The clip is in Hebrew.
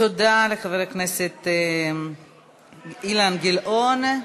תודה לחבר הכנסת אילן גילאון.